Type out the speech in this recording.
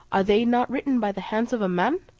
are they not written by the hands of a man?